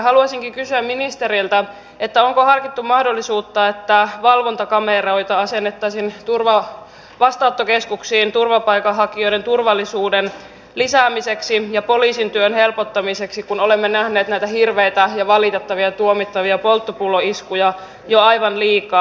haluaisinkin kysyä ministeriltä onko harkittu mahdollisuutta että valvontakameroita asennettaisiin vastaanottokeskuksiin turvapaikanhakijoiden turvallisuuden lisäämiseksi ja poliisin työn helpottamiseksi kun olemme nähneet näitä hirveitä valitettavia ja tuomittavia polttopulloiskuja jo aivan liikaa